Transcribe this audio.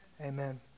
amen